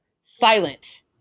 silent